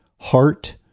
heart